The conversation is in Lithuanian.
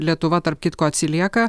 lietuva tarp kitko atsilieka